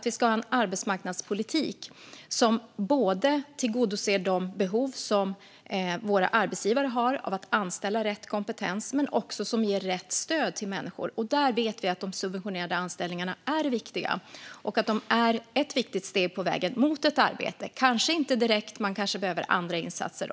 Vi ska ha en arbetsmarknadspolitik som tillgodoser de behov som våra arbetsgivare har av att anställa rätt kompetens men som också ger rätt stöd till människor. Där vet vi att de subventionerade anställningarna är viktiga. De är ett viktigt steg på vägen mot ett arbete. De kanske inte är det direkt. Människor kanske behöver också andra insatser.